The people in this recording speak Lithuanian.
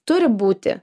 turi būti